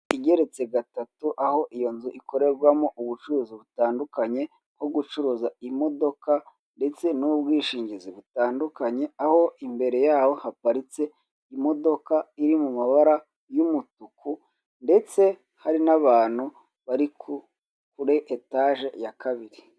Igeretse gatatu aho iyo nzu ikorerwamo ubucuruzi butandukanye, nko gucuruza imodoka ndetse n'ubwishingizi butandukanye, aho imbere yaho haparitse imodoka iri mu mabara y'umutuku ndetse hari n'abantu bari ku kuri etage ya kabiri.